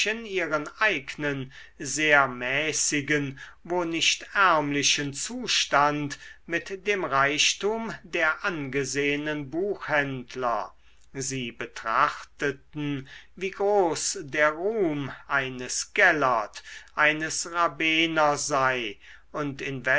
ihren eignen sehr mäßigen wo nicht ärmlichen zustand mit dem reichtum der angesehenen buchhändler sie betrachteten wie groß der ruhm eines gellert eines rabener sei und